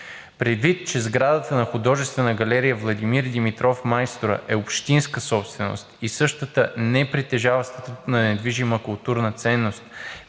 Предвид че сградата на Художествената галерия „Владимир Димитров – Майстора“ е общинска собственост и същата не притежава статут на недвижима културна ценност,